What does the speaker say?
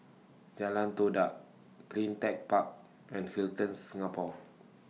Jalan Todak CleanTech Park and Hilton Singapore